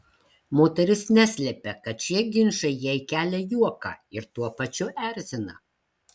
moteris neslepia kad šie ginčai jai kelia juoką ir tuo pačiu erzina